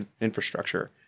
infrastructure